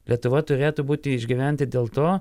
lietuva turėtų būti išgyventi dėl to